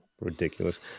Ridiculous